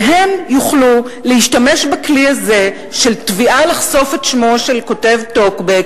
והם יוכלו להשתמש בכלי הזה של תביעה לחשוף את שמו של כותב טוקבק